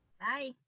bye